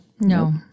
No